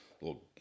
little